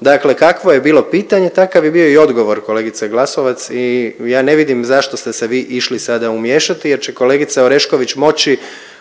Dakle kakvo je bilo pitanje takav je bio i odgovor kolegice Glasovac i ja ne vidim zašto ste se vi išli sada umiješati jer će kolegica Orešković moći